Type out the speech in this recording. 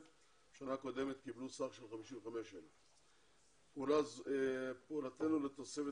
בשנה קודמת קיבלו סך של 55,000. פעולתנו לתוספת